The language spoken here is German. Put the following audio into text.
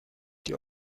die